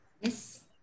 Yes